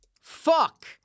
Fuck